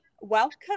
welcome